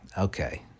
Okay